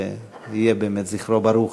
ויהי באמת זכרו ברוך.